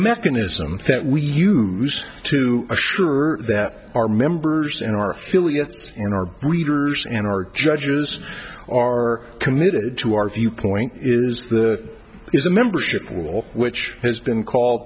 mechanism for that we use to assure that our members in our affiliates in our readers and our judges are committed to our viewpoint is the is a membership will which has been called